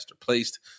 placed